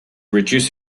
reduce